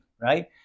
Right